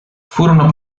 furono